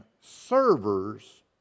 servers